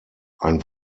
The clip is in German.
ein